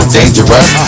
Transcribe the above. dangerous